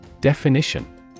Definition